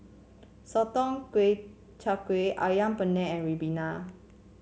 sotong kway char kway ayam penyet and ribena